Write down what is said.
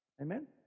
Amen